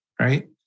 right